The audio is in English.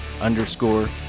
underscore